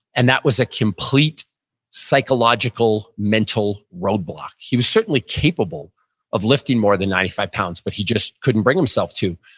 and that was a complete psychological, mental roadblock. he was certainly capable of lifting more than ninety five pounds, but he just couldn't bring himself to.